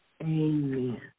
Amen